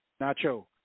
Nacho